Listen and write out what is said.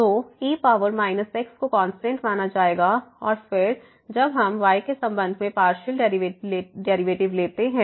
तो e power minus x को constant माना जाएगा और फिर जब हम y के संबंध में पार्शियल डेरिवेटिव लेते हैं